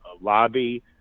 lobby